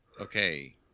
Okay